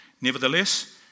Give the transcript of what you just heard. Nevertheless